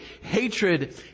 hatred